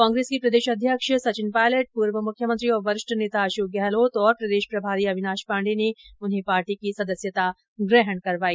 कांग्रेस के प्रदेशाध्यक्ष संचिन पायलट पूर्व मुख्यमंत्री और वरिष्ठ नेता अशोक गहलोत तथा प्रदेश प्रभारी अविनाश पाण्डे ने उन्हें पार्टी की सदस्यता ग्रहण करवाई